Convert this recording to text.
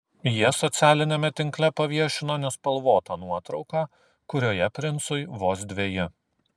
jie socialiniame tinkle paviešino nespalvotą nuotrauką kurioje princui vos dveji